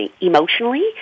emotionally